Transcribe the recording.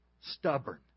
Stubborn